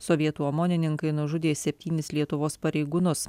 sovietų omonininkai nužudė septynis lietuvos pareigūnus